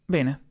Bene